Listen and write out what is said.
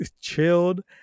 chilled